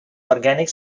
organic